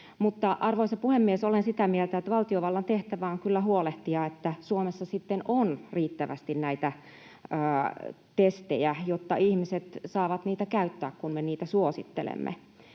Arvoisa puhemies! Olen sitä mieltä, että valtiovallan tehtävä on kyllä huolehtia, että Suomessa sitten on riittävästi näitä testejä, jotta ihmiset saavat niitä käyttää, kun me niitä suosittelemme.